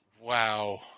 Wow